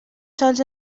sols